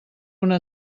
una